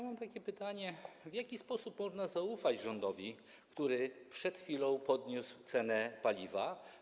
Mam takie pytanie: W jaki sposób można zaufać rządowi, który przed chwilą podniósł cenę paliwa?